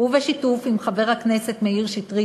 ובשיתוף עם חבר הכנסת מאיר שטרית,